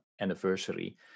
anniversary